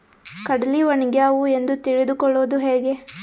ಕಡಲಿ ಒಣಗ್ಯಾವು ಎಂದು ತಿಳಿದು ಕೊಳ್ಳೋದು ಹೇಗೆ?